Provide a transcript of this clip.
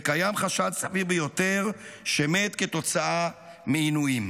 וקיים חשד סביר ביותר שמת כתוצאה מעינויים.